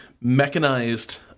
mechanized